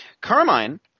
Carmine